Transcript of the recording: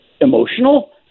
emotional